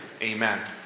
Amen